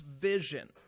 vision